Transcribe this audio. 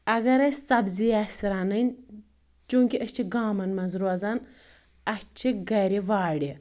اَگر اَسہِ سبزِی آسہِ رَنٕنۍ چُونٛکہِ أسۍ چھِ گامَن منٛز رُوزان اَسہِ چھِ گَرِ وارِ